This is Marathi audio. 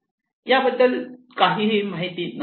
याबद्दल काही माहिती नव्हती